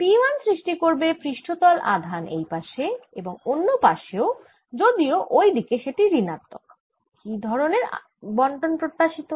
P 1 সৃষ্টি করবে পৃষ্ঠতল আধান এই পাশে এবং অন্য পাশেও যদিও ওইদিকে সেটি ঋণাত্মক কি ধরনের বণ্টন প্রত্যাশিত